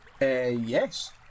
Yes